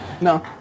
No